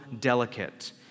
delicate